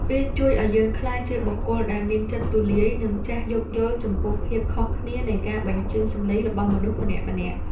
វាជួយឱ្យយើងក្លាយជាបុគ្គលដែលមានចិត្តទូលាយ និងចេះយោគយល់ចំពោះភាពខុសគ្នានៃការបញ្ចេញសម្លេងរបស់មនុស្សម្នាក់ៗ។